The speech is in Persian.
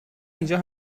اینجا